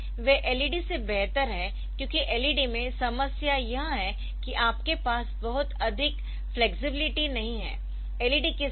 इसलिए वे LED से बेहतर है क्योंकि LED में समस्या यह है कि आपके पास बहुत अधिक फ्लेक्सिबिलिटी नहीं है